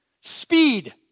speed